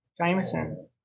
Jameson